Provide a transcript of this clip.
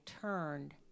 turned